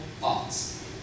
thoughts